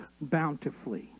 bountifully